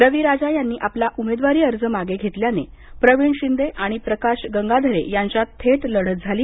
रवी राजा यांनी आपला उमेदवारी अर्ज मागे घेतल्याने प्रवीण शिंदे आणि प्रकाश गंगाधरे यांच्यात थेट लढत झाली